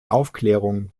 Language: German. aufklärung